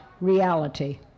reality